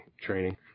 training